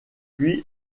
puis